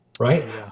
right